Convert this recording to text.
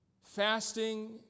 Fasting